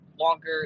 longer